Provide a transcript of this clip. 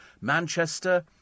Manchester